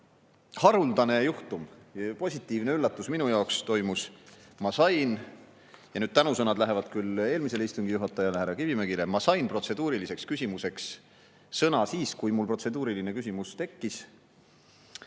Haruldane juhtum, positiivne üllatus minu jaoks toimus – ja nüüd tänusõnad lähevad küll eelmisele istungi juhatajale, härra Kivimäele –, ma sain protseduuriliseks küsimuseks sõna siis, kui mul protseduuriline küsimus tekkis.